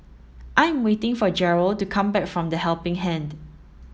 I am waiting for Jerrell to come back from The Helping Hand